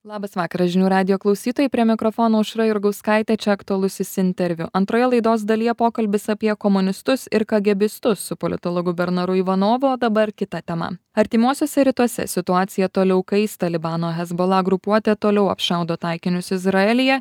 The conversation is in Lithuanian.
labas vakaras žinių radijo klausytojai prie mikrofono aušra jurgauskaitė čia aktualusis interviu antroje laidos dalyje pokalbis apie komunistus ir kagėbistus su politologu bernaru ivanovu o dabar kita tema artimuosiuose rytuose situacija toliau kaista libano hezbola grupuotė toliau apšaudo taikinius izraelyje